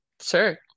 sure